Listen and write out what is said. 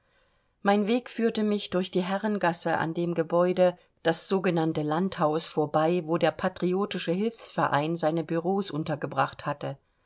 mein weg führte mich durch die herrengasse an dem gebäude das sogenannte landhaus vorbei wo der patriotische hilfsverein seine büreaus untergebracht hatte